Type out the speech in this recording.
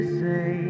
say